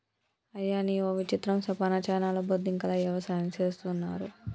అయ్యనీ ఓ విచిత్రం సెప్పనా చైనాలో బొద్దింకల యవసాయం చేస్తున్నారు